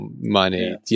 money